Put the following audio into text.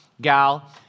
gal